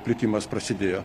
plitimas prasidėjo